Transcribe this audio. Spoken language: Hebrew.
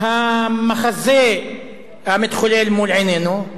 המחזה המתחולל מול עינינו?